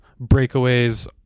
Breakaways